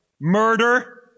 murder